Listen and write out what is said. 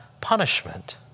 punishment